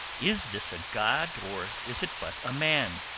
is this a god, or is it but a man?